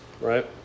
Right